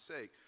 sake